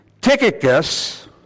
Tychicus